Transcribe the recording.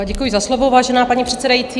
Děkuji za slovo, vážená paní předsedající.